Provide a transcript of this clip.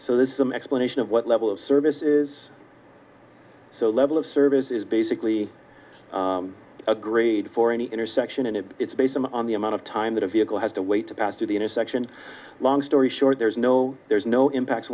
so there's some explanation of what level of service is the level of service is basically a grade for any intersection and it's based on the amount of time that a vehicle has to wait to pass through the intersection long story short there's no there's no impact